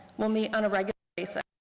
will meet on a regular basis.